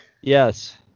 Yes